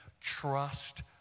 trust